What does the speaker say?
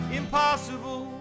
impossible